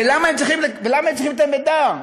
ולמה הם צריכים את המידע?